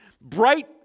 bright